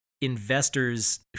investors